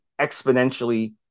exponentially